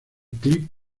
clip